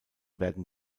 werden